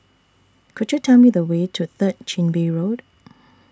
Could YOU Tell Me The Way to Third Chin Bee Road